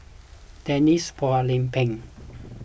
Denise Phua Lay Peng